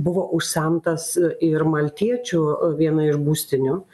buvo užsemtas ir maltiečių viena iš būstinių